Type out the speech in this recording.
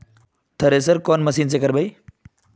Thresher कौन machine से करबे?